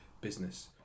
business